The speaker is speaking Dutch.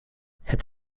het